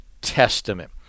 testament